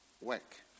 work